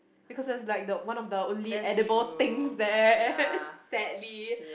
because there's like the one of the only one of the most edible things there sadly